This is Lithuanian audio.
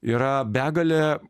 yra begalė